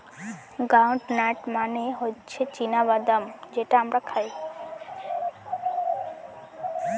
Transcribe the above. ground nut মানে হচ্ছে চীনা বাদাম যেটা আমরা খাই